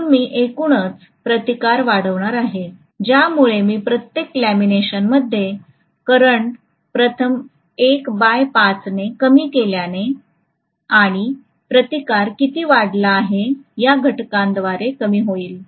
म्हणून मी एकूणच प्रतिकार वाढवणार आहे ज्यामुळे मी प्रत्येक लॅमिनेशनमध्ये करंट प्रथम 1 बाय 5 ने कमी केल्याने आणि प्रतिकार किती वाढला आहे या घटकाद्वारे कमी होईल